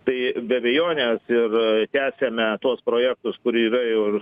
tai be abejonės ir tęsiame tuos projektus kur yra ir